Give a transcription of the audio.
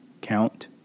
Count